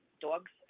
dogs